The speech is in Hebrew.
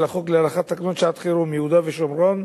החוק להארכת תוקפן של תקנות שעת-חירום (יהודה והשומרון,